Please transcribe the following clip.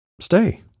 stay